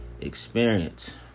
experience